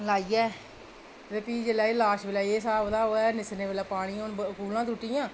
लाइयै ते भी एह् जेल्लै लॉस्ट बेल्लै एह् स्हाब कताब होऐ निस्सरने बेल्लै पानी दियां हून कूह्लां त्रुट्टियां